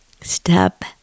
step